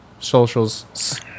socials